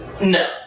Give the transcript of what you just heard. No